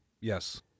Yes